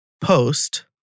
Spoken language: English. post